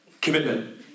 commitment